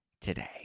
today